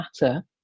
matter